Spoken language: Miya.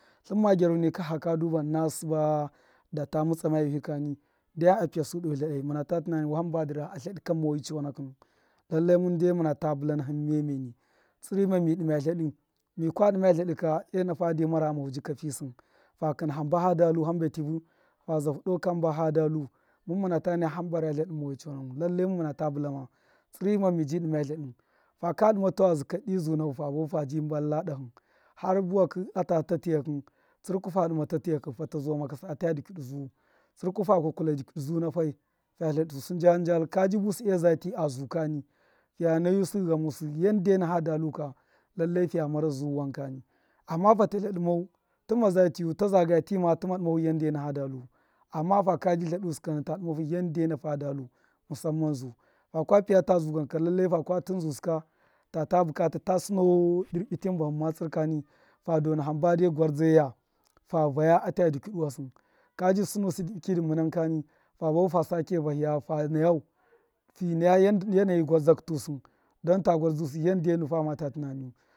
Tlṫn me gyaruni ka a pṫya su doo tladai ṫna sṫbaa mutsama wṫhṫ kani ndyam a pṫyasu a tladai. Hamba dṫ ra a tladṫ ka moyi chonakṫ nu lallai mundai muna ta bulana hin miya miyeni tsṫrṫ ma mi dima tladṫ mikwa dṫma tladṫ ka ena fade mara ghama hu jika fi sṫn fu kṫna hamba fada lu hamba tṫvu fa zafu doo kam ba fada lu mun muna ta naya hamba ra tladṫ moyi chonakṫ nu lallai muna ta bṫlama tsṫrima mi dṫma tladṫ faka dṫma tawazṫ kadṫ zo nafu fa mbalala dahṫ harata tatiyakṫ fata zuwa makasa ata dṫkuṫdṫ zu tsṫrku fa kwakwula dṫkwṫdi zu nafai fa tladu sṫ njal k abuse za ti a zu kani fiya naya ghamusu yanda e fada lu amma fata tladṫ mau tṫma za tṫu la zaga ti ma tṫma dṫma fu yanda e fada luu amma faka tladu sṫ ka ta dṫma hu yanda e fudalu musamman zu kakwa piya ta zugan kani ta sṫne dṫrbṫ tṫn bahṫn matsṫr kani ha dona hamba de gwarzdeya fa vaya ata dṫkwṫdṫwa sṫ ka bi sṫnusiṫ dṫbṫ kṫdṫ munan naya yanayi gwarzdakṫ lusṫ don ta gwarzdusṫ yanda famata tunani yu.